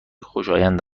خوشایند